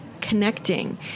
connecting